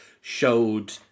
showed